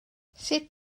sut